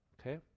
okay